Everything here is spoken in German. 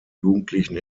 jugendlichen